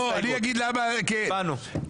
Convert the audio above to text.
הצבענו.